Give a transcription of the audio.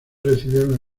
recibieron